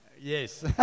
Yes